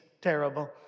terrible